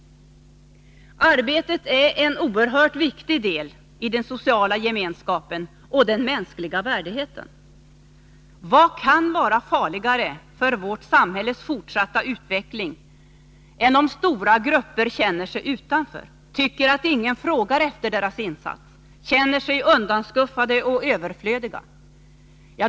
Arbetet är en oerhört viktig del i den sociala gemenskapen och den mänskliga värdigheten. Vad kan vara farligare för vårt samhälles fortsatta utveckling än om stora grupper känner sig utanför, tycker att ingen frågar efter deras insats, känner sig undanskuffade och överflödiga?